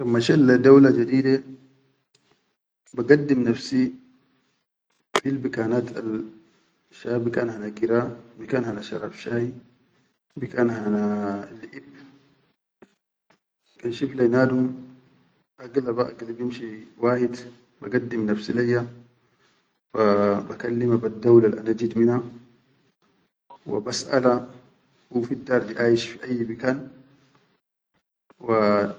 Kan mashe le dawla jadeede, bagaddim nafsi fil bikanat al sha bikan hana gira bikan hana sharab shayi bikan hanaa liʼib, kan shif lai nadum agila be agili bimshi wahid, bagaddim nafsi leyya waa bakallima beddawalal ana jit mina, wa basʼala hu fiddar di aayish fi ayyi bikan wa.